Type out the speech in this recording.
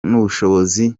n’ubushobozi